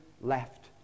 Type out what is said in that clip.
left